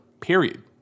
Period